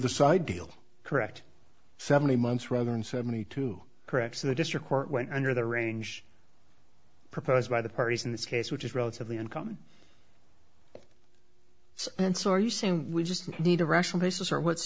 side deal correct seventy months rather than seventy two correct so the district court went under the range proposed by the parties in this case which is relatively uncommon and so are you saying we just need a rational basis or what's